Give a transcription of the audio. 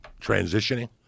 transitioning